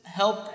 help